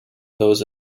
those